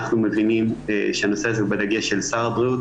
אנחנו מבינים שהנושא הזה הוא בדגש של שר הבריאות,